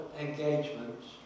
engagements